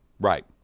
right